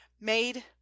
made